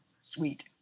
sweet